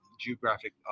geographic